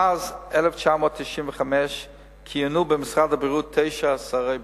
מאז 1995 כיהנו במשרד הבריאות תשעה שרי בריאות,